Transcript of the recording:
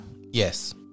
Yes